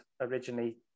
originally